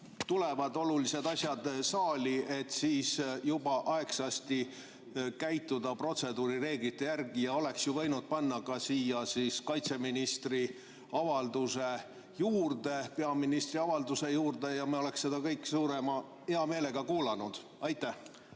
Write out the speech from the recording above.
sellised olulised asjad saali, siis juba aegsasti käitutaks protseduurireeglite järgi. Oleks ju võinud panna siia kaitseministri avalduse peaministri avalduse juurde ja me oleks seda kõik suure heameelega kuulanud. Aitäh!